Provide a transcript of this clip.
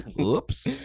Oops